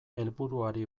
helburuari